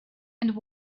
and